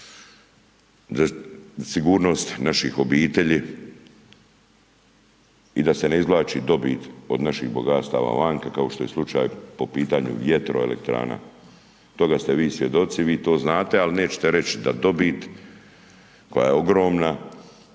sigurnost naših obitelji i da se ne izvlači dobit od naših bogatstava vanka, kao što je slučaj po pitanju vjetroelektrana, toga ste vi svjedoci, vi to znate, ali nećete reći da dobit koja je ogromna